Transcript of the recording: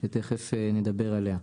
שתכף נדבר עליה.